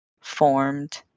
formed